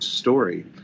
Story